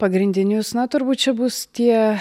pagrindinius na turbūt čia bus tie